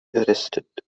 arrested